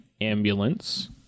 ambulance